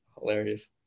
Hilarious